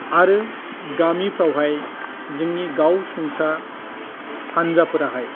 आरो गामिफोरावहाय जोंनि गाव सुंथा हानजाफोराहाय